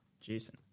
Jason